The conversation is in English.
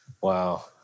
Wow